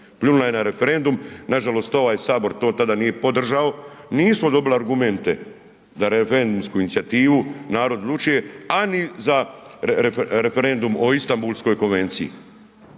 Pljunula je na referendum, nažalost ovaj Sabor to tada nije podržao, nismo dobili argumente na referendumsku inicijativu „Narod odlučuje“ a ni za referendum o Istanbulskoj konvenciji.